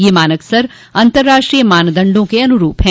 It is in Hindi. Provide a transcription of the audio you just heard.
यह मानक स्तर अतंर्राष्ट्रीय मानदंडों के अनुरूप है